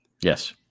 Yes